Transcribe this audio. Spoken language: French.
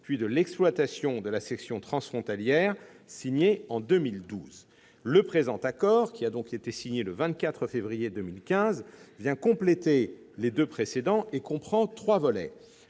puis de l'exploitation de la section transfrontalière, signé en 2012. Le présent accord, signé le 24 février 2015, vient compléter les deux précédents et comprend trois volets